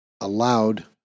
allowed